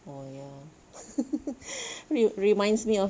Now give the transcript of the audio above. oh ya wait reminds me of